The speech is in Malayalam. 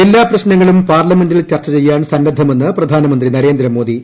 എല്ലാ പ്രശ്നങ്ങളും പാർലമെന്റിൽ ചർച്ച ചെയ്യാൻ സന്നദ്ധമെന്ന് പ്രധാനമന്ത്രി നരേന്ദ്രമോദി